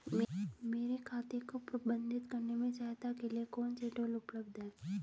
मेरे खाते को प्रबंधित करने में सहायता के लिए कौन से टूल उपलब्ध हैं?